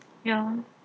ya